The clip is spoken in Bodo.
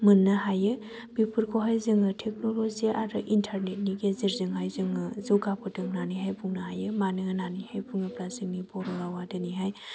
मोननो हायो बेफोरखौहाय जों टेक्न'लजि आरो इन्टारनेटनि गेजेरजोंहाय जों जौगाबोदों होननानैहाय बुंनो हायो मानो होननानैहाय बुङोब्ला जोंनि बर' रावआ दिनैहाय